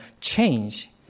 change